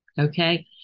okay